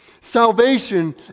salvation